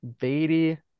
Beatty